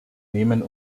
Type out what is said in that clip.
nehmen